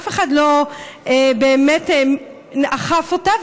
אף אחד לא באמת אכף אותה,